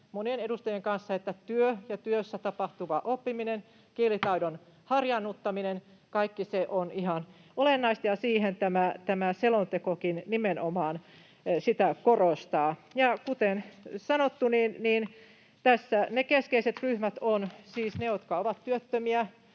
monien edustajien kanssa, että työ ja työssä tapahtuva oppiminen, kielitaidon harjaannuttaminen, kaikki se on ihan olennaista, ja sitä tämä selontekokin nimenomaan korostaa. Ja kuten sanottu, niin tässä ne keskeiset ryhmät ovat, siis ne, jotka ovat työttömiä,